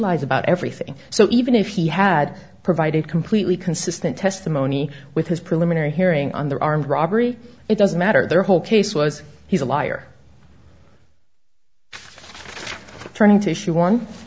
lies about everything so even if he had provided completely consistent testimony with his preliminary hearing on the armed robbery it doesn't matter their whole case was he's a liar turning to